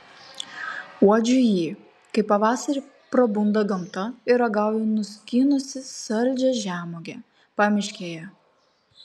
uodžiu jį kai pavasarį prabunda gamta ir ragauju nuskynusi saldžią žemuogę pamiškėje